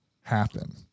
happen